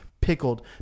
pickled